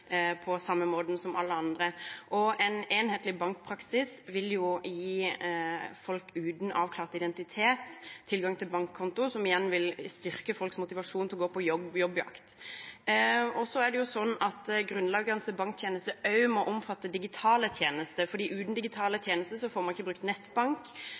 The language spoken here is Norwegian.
på samme måten som alle andre. En enhetlig bankpraksis vil gi folk uten avklart identitet tilgang til bankkonto, som igjen vil styrke folks motivasjon til å gå på jobbjakt. Så er det sånn at grunnleggende banktjenester også må omfatte digitale tjenester, for uten digitale tjenester får man ikke brukt nettbank,